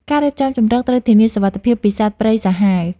ការរៀបចំជម្រកត្រូវធានាសុវត្ថិភាពពីសត្វព្រៃសាហាវ។